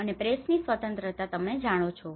અને પ્રેસની સ્વતંત્રતા તમે જાણો છો